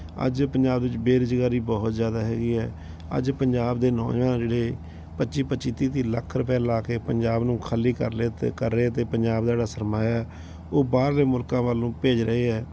ਅੱਜ ਪੰਜਾਬ ਵਿੱਚ ਬੇਰੁਜ਼ਗਾਰੀ ਬਹੁਤ ਜਿਆਦਾ ਹੈਗੀ ਹੈ ਅੱਜ ਪੰਜਾਬ ਦੇ ਨੌਜਵਾਨ ਜਿਹੜੇ ਪੱਚੀ ਪੱਚੀ ਤੀਹ ਤੀਹ ਲੱਖ ਰੁਪਏ ਲਾ ਕੇ ਪੰਜਾਬ ਨੂੰ ਖਾਲੀ ਕਰ ਲਿਆ ਅਤੇ ਕਰ ਰਹੇ ਅਤੇ ਪੰਜਾਬ ਦਾ ਜਿਹੜਾ ਸਰਮਾਇਆ ਉਹ ਬਾਹਰਲੇ ਮੁਲਕਾਂ ਵੱਲ ਨੂੰ ਭੇਜ ਰਹੇ ਹੈ